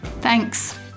Thanks